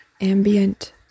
ambient